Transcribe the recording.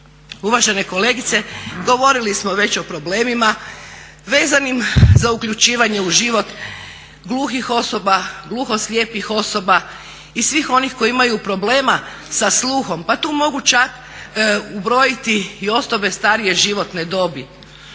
Uvažene kolegice, govorili smo već o problemima vezanim za uključivanje u život gluhih osoba, gluhoslijepih osoba i svih oni koji imaju problema sa sluhom. Pa tu mogu čak ubrojiti i osobe starije životne dobi.